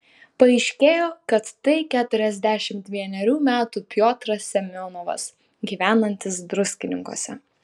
paaiškėjo kad tai keturiasdešimt vienerių metų piotras semionovas gyvenantis druskininkuose